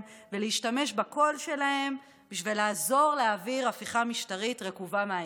ולהשתמש בקול שלהם בשביל לעזור להעביר הפיכה משטרית רקובה מהיסוד.